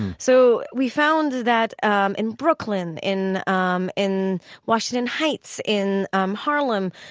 so we found that um in brooklyn, in um in washington heights, in um harlem,